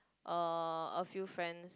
a a few friends